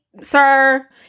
Sir